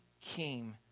came